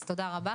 אז תודה רבה.